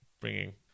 bringing